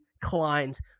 clients